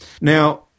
Now